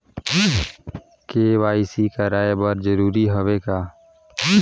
KYC कराय बर जरूरी हवे का?